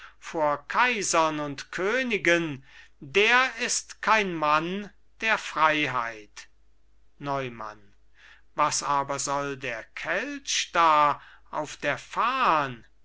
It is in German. vor kaisern und königen der ist kein mann der freiheit neumann was aber soll der kelch da auf der